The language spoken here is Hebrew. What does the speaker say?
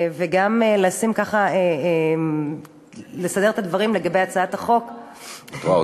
וגם לסדר את הדברים לגבי הצעת חוק את רואה?